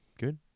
Good